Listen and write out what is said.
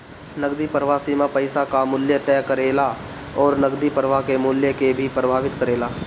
नगदी प्रवाह सीमा पईसा कअ मूल्य तय करेला अउरी नगदी प्रवाह के मूल्य के भी प्रभावित करेला